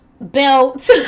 belt